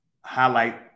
highlight